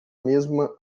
mesma